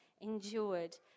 endured